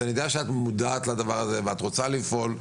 אז אני יודע שאת מודעת לדבר הזה, ואת רוצה לפעול.